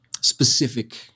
specific